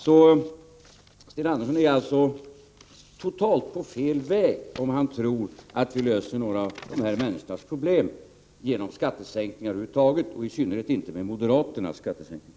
Sten Andersson i Malmö är inne på en helt felaktig väg om han tror att vi löser några av de här människornas problem genom att åstadkomma skattesänkningar över huvud taget — i synnerhet gäller det moderaternas förslag till skattesänkningar.